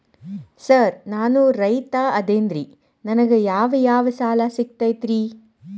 Sir ನಾನು ರೈತ ಅದೆನ್ರಿ ನನಗ ಯಾವ್ ಯಾವ್ ಸಾಲಾ ಸಿಗ್ತೈತ್ರಿ?